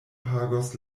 pagos